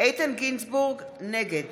נגד